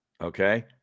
Okay